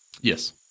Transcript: Yes